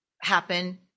happen